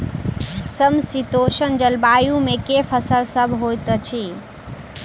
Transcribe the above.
समशीतोष्ण जलवायु मे केँ फसल सब होइत अछि?